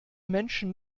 menschen